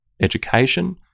education